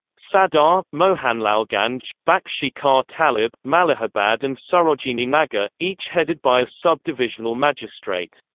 sadar, mohanlalganj, bakshi ka talab, malihabad and sarojini nagar, each headed by a sub-divisional magistrate.